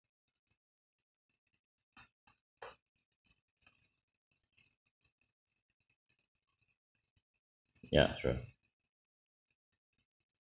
yup sure